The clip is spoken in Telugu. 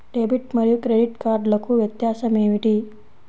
డెబిట్ మరియు క్రెడిట్ కార్డ్లకు వ్యత్యాసమేమిటీ?